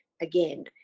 again